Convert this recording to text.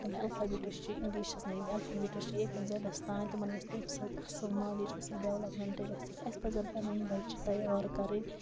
تِم ایٚلفابٹس چھِ اِنٛگلِشَس یِم ایٚلفابٹس چھِ اے ٹُو زَڈَس تانۍ تِمَن گَذھِ تمہِ سۭتۍ اصل نولیج اَصل ڈیٚولَپمنٹ گَژھکھ اَسہِ پَزَن پَنٕنۍ بَچہٕ تَیار کَرٕنۍ